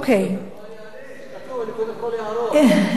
את החוק, מה?